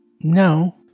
No